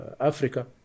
Africa